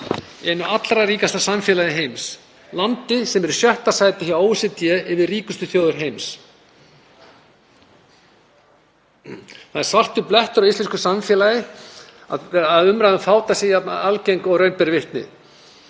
einu allra ríkasta samfélagi heims, landi sem er í sjötta sæti hjá OECD yfir ríkustu þjóðir heims. Það er svartur blettur á íslensku samfélagi að umræða um fátækt sé jafn algeng og raun ber vitni,